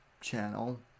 channel